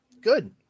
Good